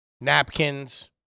napkins